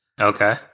Okay